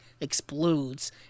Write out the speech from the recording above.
explodes